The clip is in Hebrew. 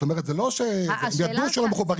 זאת אומרת, הם ידעו שלא מחוברים.